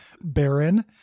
Baron